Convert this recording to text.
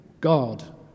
God